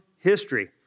history